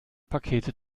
pakete